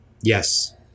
yes